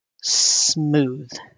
Smooth